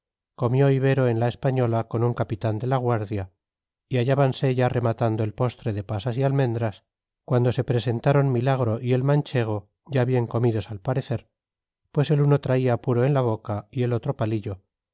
comió ibero en la española con un capitán de la guardia y hallábanse ya rematando el postre de pasas y almendras cuando se presentaron milagro y el manchego ya bien comidos al parecer pues el uno traía puro en la boca y el otro palillo